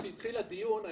כשהתחיל הדיון,